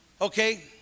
okay